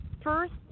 first